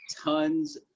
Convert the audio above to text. tons